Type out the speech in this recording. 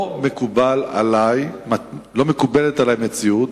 לא מקובלת עלי מציאות,